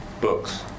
Books